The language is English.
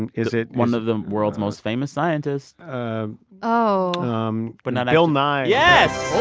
and is it. one of the world's most famous scientists ah oh um but not. bill nye yes